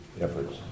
efforts